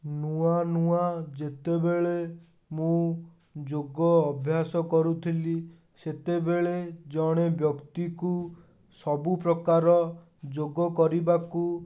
ନୂଆ ନୂଆ ଯେତେବେଳେ ମୁଁ ଯୋଗ ଅଭ୍ୟାସ କରୁଥିଲି ସେତେବେଳେ ଜଣେ ବ୍ୟକ୍ତିକୁ ସବୁପ୍ରକାର ଯୋଗ କରିବାକୁ